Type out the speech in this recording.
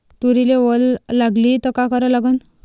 तुरीले वल लागली त का करा लागन?